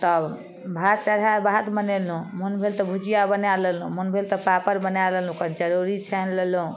तब भात चढ़ा भात बनेलहुँ मोन भेल तऽ भुजिया बना लेलहुँ मोन भेल तऽ पापड़ बना लेलहुँ कनी चरौरी छानि लेलहुँ